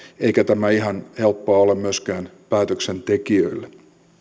eikä tämä ihan helppoa ole myöskään päätöksentekijöille